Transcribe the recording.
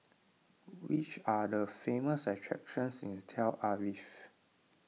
which are the famous attractions in Tel Aviv